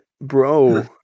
bro